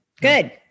Good